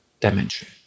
dimension